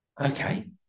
Okay